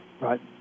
Right